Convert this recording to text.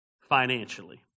financially